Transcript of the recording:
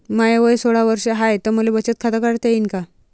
माय वय सोळा वर्ष हाय त मले बचत खात काढता येईन का?